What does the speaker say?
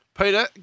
Peter